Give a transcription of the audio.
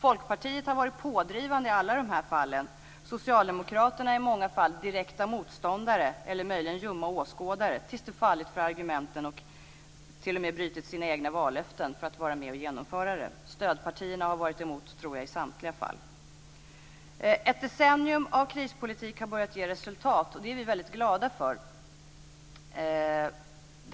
Folkpartiet har varit pådrivande i alla dessa fall. Socialdemokraterna har i många fall varit direkta motståndare, eller möjligen ljumma åskådare, tills de fallit för argumenten och t.o.m. brutit sina egna vallöften för att vara med vid genomförandet. Stödpartierna har - tror jag - varit emot i samtliga fall. Ett decennium av krispolitik har börjat att ge resultat, och det är vi väldigt glada för.